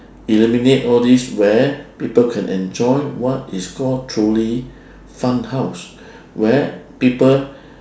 eliminate all these where people can enjoy what is call truly fun house where people